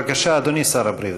בבקשה, אדוני שר הבריאות.